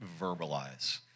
verbalize